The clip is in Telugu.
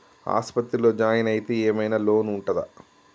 ఆస్పత్రి లో జాయిన్ అయితే ఏం ఐనా లోన్ ఉంటదా?